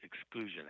Exclusion